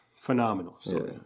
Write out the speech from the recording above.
Phenomenal